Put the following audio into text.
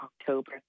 October